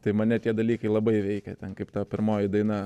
tai mane tie dalykai labai veikia ten kaip ta pirmoji daina